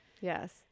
Yes